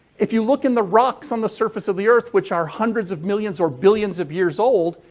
if you look in the rocks on the surface of the earth, which are hundreds of millions or billions of years old,